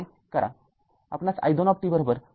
आपणास i२ ०